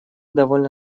довольно